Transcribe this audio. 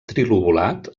trilobulat